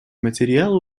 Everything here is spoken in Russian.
материала